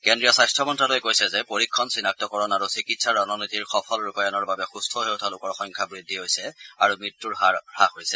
কেদ্ৰীয় স্বাস্থ্য মন্ত্যালয়ে কৈছে যে পৰীক্ষণ চিনাক্তকৰণ আৰু চিকিৎসা ৰণনীতিৰ সফল ৰূপায়ণৰ বাবে সুস্থ হৈ উঠা লোকৰ সংখ্যা বৃদ্ধি পাইছে আৰু মৃত্যৰ হাৰ হাস পাইছে